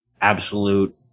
absolute